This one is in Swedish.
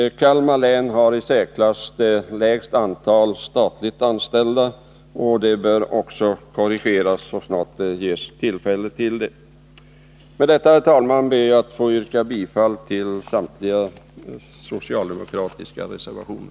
Kalmar län har det i särklass lägsta antalet statligt anställda, och det bör korrigeras så snart tillfälle ges. Herr talman! Med detta ber jag att få yrka bifall till samtliga socialdemokratiska reservationer.